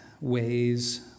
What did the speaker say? ways